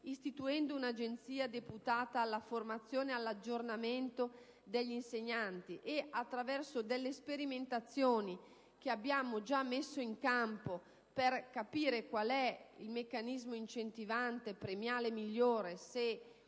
l'istituzione di un'agenzia deputata alla formazione e all'aggiornamento degli insegnanti e attraverso sperimentazioni già messe in campo per comprendere qual è il meccanismo incentivante premiale migliore (se